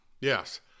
yes